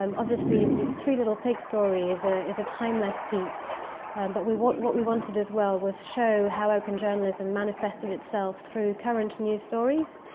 um obviously the three little pigs story is, ah a timeless piece but we, what what we wanted as well was. show how open journalism manifested itself through current news stories.